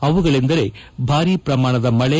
ಅವುಗಳೆಂದರೆ ಭಾರೀ ಪ್ರಮಾಣದ ಮಕೆ